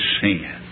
sin